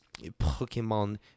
Pokemon